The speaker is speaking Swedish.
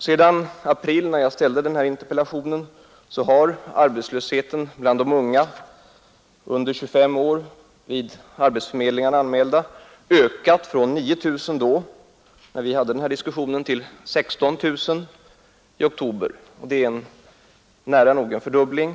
Sedan april, när jag framställde den här interpellationen, har arbetslösheten bland de unga — under 25 år — vid arbetsförmedlingarna anmälda ökat från 9 000 till 16 000 i oktober. Det är nära nog en fördubbling.